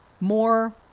more